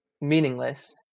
meaningless